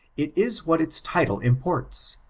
it is what its title imports,